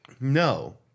No